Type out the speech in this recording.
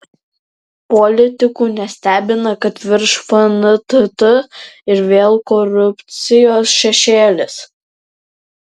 politikų nestebina kad virš fntt ir vėl korupcijos šešėlis